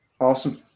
Awesome